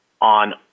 on